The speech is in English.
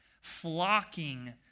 flocking